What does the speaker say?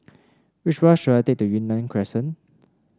which bus should I take to Yunnan Crescent